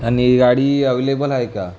आणि गाडी अवेलेबल आहे का